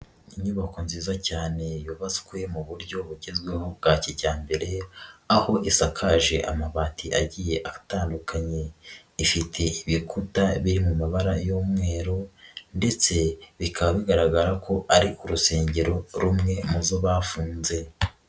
Inyubako nziza cyane yubatswe mu buryo bugezweho bwa kijyambere, aho isakaje amabati agiye atandukanye. Ifite ibikuta biri mu mabara y'umweru ndetse bikaba bigaragara ko ari urusengero rumwe mu zo bafunze.